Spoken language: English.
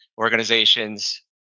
organizations